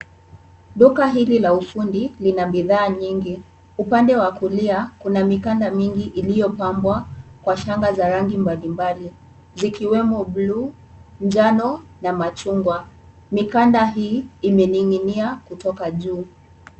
Duka hili la ufundi lina bidhaa nyingi, upande wa kulia kuna mikanda mingi iliyopambwa kwa shanga za rangi mbalimbali, zikiwemo buluu, njano na machungwa, mikanda hii imening'inia kutoka juu.